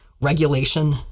regulation